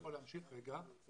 אני יכול להמשיך את הדברים?